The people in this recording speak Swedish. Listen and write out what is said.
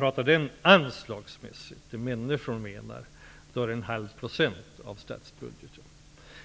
Rent anslagsmässigt rör det sig om 0,5 % av statsbudgeten.